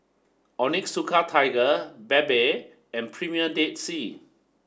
Onitsuka Tiger Bebe and Premier Dead Sea